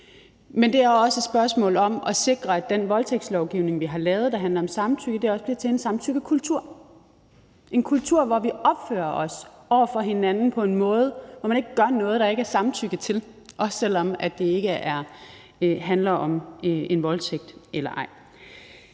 Men det er også et spørgsmål om at sikre, at den voldtægtslovgivning, vi har lavet, der handler om samtykke, også fører til en samtykkekultur, en kultur, hvor vi opfører os over for hinanden på en måde, hvor man ikke gør noget, der ikke er givet samtykke til, også selv om det ikke handler om en voldtægt.